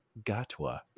Gatwa